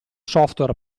software